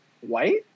white